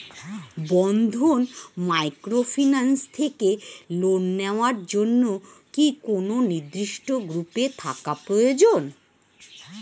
বন্ধন microfinance থেকে loan নেওয়ার জন্য কি কোন নির্দিষ্ট গ্রুপে থাকা প্রয়োজন?